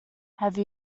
have